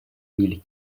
mille